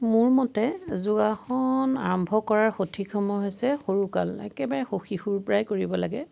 মোৰ মতে যোগাসন আৰম্ভ কৰাৰ সঠিক সময় হৈছে সৰু কাল একেবাৰে সও শিশুৰ পৰাই কৰিব লাগে